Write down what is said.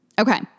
Okay